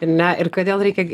ne ir kodėl reikia